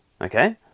Okay